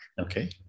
Okay